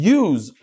use